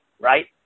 right